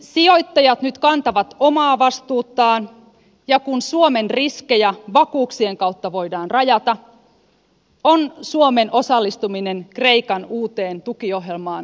kun sijoittajat nyt kantavat omaa vastuutaan ja kun suomen riskejä vakuuksien kautta voidaan rajata on suomen osallistuminen kreikan uuteen tukiohjelmaan perusteltua